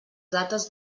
dates